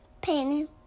Painting